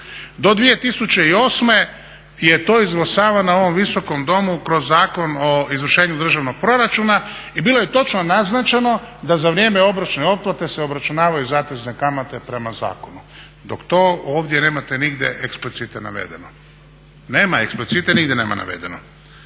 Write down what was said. Do 2008.je to izglasavano na ovom viskom domu kroz Zakon o izvršenju državnog proračuna i bilo je točno naznačeno da za vrijeme obročne otplate se obračunavaju zatezne kamate prema zakonu, dok to ovdje nemate nigdje eksplicite navedeno. Nema eksplicite, nigdje nema navedeno.